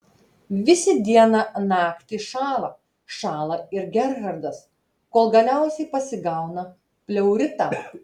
visi dieną naktį šąla šąla ir gerhardas kol galiausiai pasigauna pleuritą